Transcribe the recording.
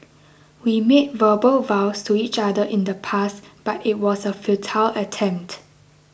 we made verbal vows to each other in the past but it was a futile attempt